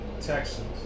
Texans